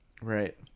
right